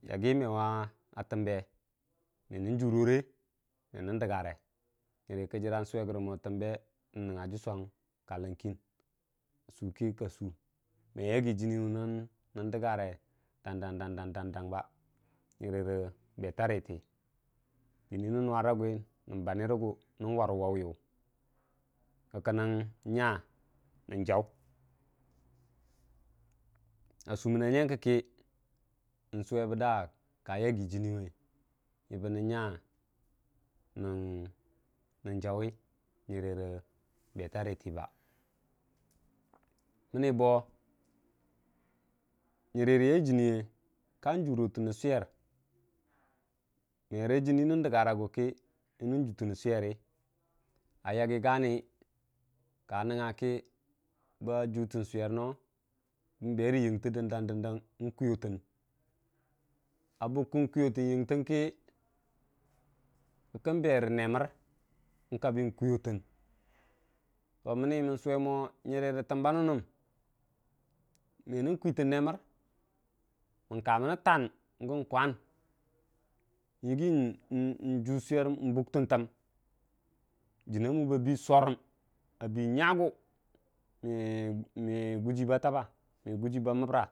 yaggi me wa təmba yaggi me wa təmbe me nən jurore me nən dəggare, nyənkə jira nwuwerəgə mo təmbe nən nənga juswang kalang kən la su kə ka su me yaggi jini nən dəggare dang dang ba nyərə beta rətə, jəni nən nuu ra gwi nən bannə rəgu nən wu wau miyu kə kənən nya nən jau, a sumən na nyen kə kə n'suwe da ka yaggi jənni bənn nya nən jawi nyəeəbeta rə bə məni bo nyərə yeu jə ka jutən siwr merə jən nən dəgga ra gukə mənən juttən swerə a yaggi ni ka nəngnga kə ba jutən suno ba kutən yəngtə dang a bukkə kuyotən yən tənkə kə məni berə nemər bi kuyotən məni mən mo nyərə təmba nənnən mə nən kwitən nemər ka məni tan n'juu swer tən təm jənna mu ba surəm nyagi me giyi ba taba.